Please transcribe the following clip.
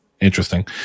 interesting